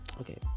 Okay